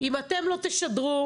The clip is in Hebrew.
אם אתם לא תשדרו,